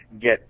get